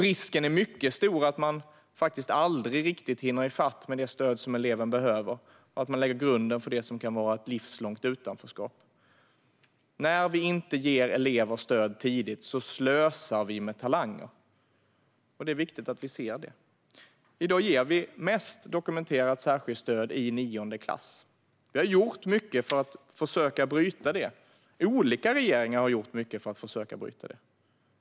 Risken är mycket stor att man aldrig riktigt hinner i fatt med det stöd som eleven behöver och att man lägger grunden för det som kan bli ett livslångt utanförskap. När vi inte ger elever stöd tidigt slösar vi med talanger. Det är viktigt att vi ser detta. I dag ger vi mest dokumenterat särskilt stöd i nionde klass. Vi och olika regeringar har gjort mycket för att försöka bryta detta.